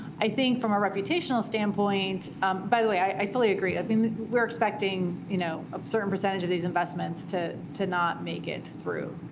i think from a reputational standpoint by the way, i fully agree. i mean we're expecting you know a certain percentage of these investments to to not make it through,